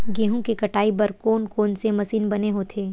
गेहूं के कटाई बर कोन कोन से मशीन बने होथे?